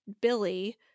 Billy